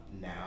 Now